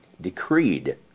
decreed